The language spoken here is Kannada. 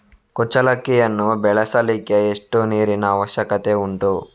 ಕುಚ್ಚಲಕ್ಕಿಯನ್ನು ಬೆಳೆಸಲಿಕ್ಕೆ ಎಷ್ಟು ನೀರಿನ ಅವಶ್ಯಕತೆ ಉಂಟು?